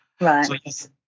Right